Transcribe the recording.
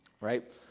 right